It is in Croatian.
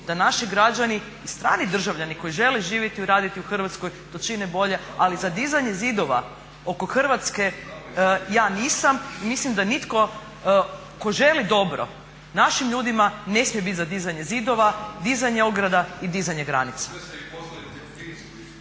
da naši građani i strani državljani koji žele živjeti i raditi u Hrvatskoj to čine bolje, ali za dizanje zidova oko Hrvatske ja nisam i mislim da nitko tko želi dobro našim ljudima ne smije bit za dizanje zidova, dizanje ograda i dizanje granica.